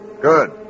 Good